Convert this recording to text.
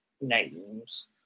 names